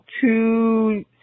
Two